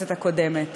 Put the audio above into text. בכנסת הקודמת,